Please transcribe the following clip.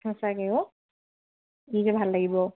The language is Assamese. সঁচাকৈ অ' কি যে ভাল লাগিব